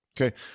Okay